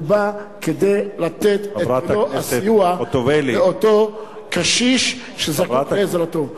הוא בא כדי לתת את אותו סיוע לאותו קשיש שזקוק לעזרתו.